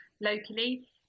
locally